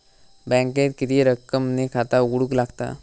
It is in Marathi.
बँकेत किती रक्कम ने खाता उघडूक लागता?